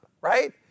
right